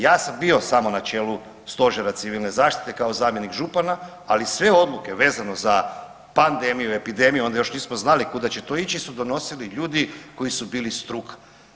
Ja sam bio samo na čelu Stožera civilne zaštite kao zamjenik župana, ali sve odluke vezano za pandemiju, epidemiju, onda još nismo znali kuda će to ići su donosili ljudi koji su bili struka.